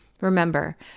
Remember